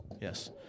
Yes